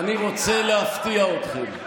אני רוצה להפתיע אתכם.